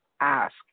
ask